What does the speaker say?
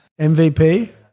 MVP